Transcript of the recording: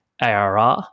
ARR